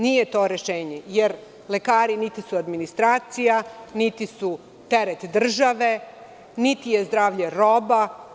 Nije to rešenje, jer lekari niti su administracija, niti su teret države, niti je zdravlje roba.